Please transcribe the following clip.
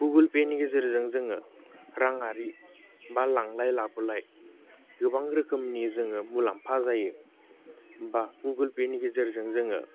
Google पेनि गेजेरजों जोङो राङारि बा लांलाय लाबोलाय गोबां रोखोमनि जोङो मुलाम्फा जायो बा गुगोल पेनि गेजेरजों जोङो